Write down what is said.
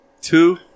two